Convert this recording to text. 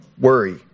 worry